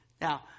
Now